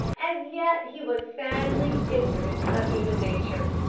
as yet he was sadly ignorant of human nature.